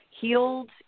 healed